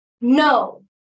No